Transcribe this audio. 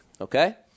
Okay